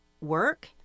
work